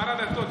שר הדתות,